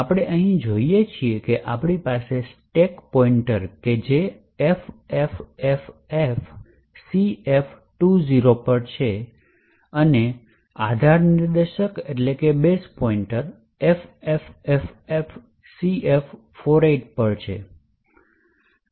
આપણે અહીં જોઈએ છીએ કે આપણી પાસે સ્ટેક પોઇન્ટર છે જે FFFFCF20 પર છે અને આધાર નિર્દેશક FFFFCF48 પર છે